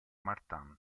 martin